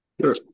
Sure